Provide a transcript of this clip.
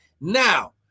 Now